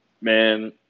Man